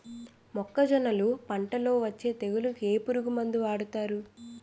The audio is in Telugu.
మొక్కజొన్నలు పంట లొ వచ్చే తెగులకి ఏ పురుగు మందు వాడతారు?